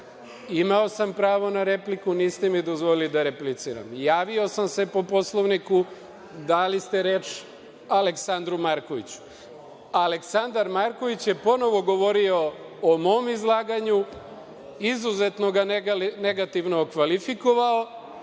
sam pravo na repliku, niste mi dozvolili da repliciram. Javio sam se po Poslovniku, dali ste reč Aleksandru Markoviću. Aleksandar Marković je ponovo govorio o mom izlaganju, izuzetno ga negativno kvalifikovao